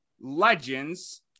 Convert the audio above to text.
legends